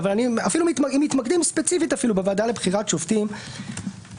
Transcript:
אבל אפילו אם מתמקדים ספציפית בוועדה לבחירת שופטים,